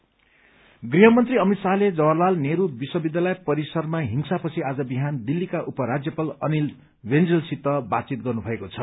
JNU HM गृहमन्त्री अमित शाहले जवाहरलाल नेहरू विश्वविद्यालय परिसरमा हिंसापछि आज बिहान दिल्लीका उपराज्यपाल अनिल बैजलसित बातचित गर्नुभएको छ